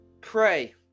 pray